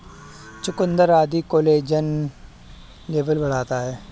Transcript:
चुकुन्दर आदि collagen level बढ़ाता है